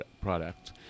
product